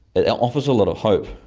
it offers a lot of hope.